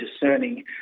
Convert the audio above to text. discerning